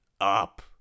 up